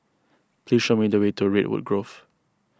please show me the way to Redwood Grove